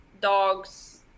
dogs